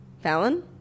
Fallon